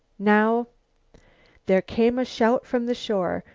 now there came a shout from the shore.